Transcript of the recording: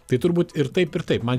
tai turbūt ir taip ir taip man